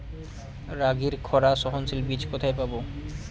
রাগির খরা সহনশীল বীজ কোথায় পাবো?